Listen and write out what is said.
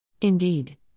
Indeed